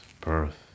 birth